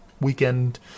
weekend